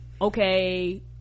okay